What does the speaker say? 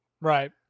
Right